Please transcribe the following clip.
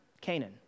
Canaan